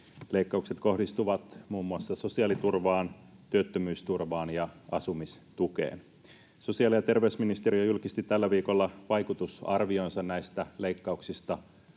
Leikkaukset kohdistuvat muun muassa sosiaaliturvaan, työttömyysturvaan ja asumistukeen. Sosiaali- ja terveysministeriö julkisti tällä viikolla vaikutusarvionsa näistä leikkauksista.